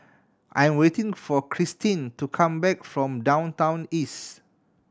I'm waiting for Christeen to come back from Downtown East